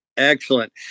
Excellent